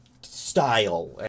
style